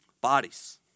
Bodies